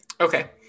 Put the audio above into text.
Okay